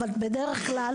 אבל בדרך כלל,